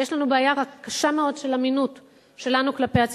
יש לנו בעיה קשה מאוד של אמינות שלנו כלפי הציבור.